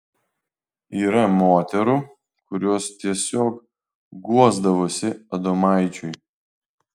yra moterų kurios tiesiog guosdavosi adomaičiui